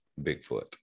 Bigfoot